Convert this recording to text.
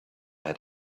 had